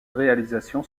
réalisation